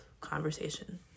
conversation